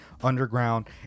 underground